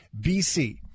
BC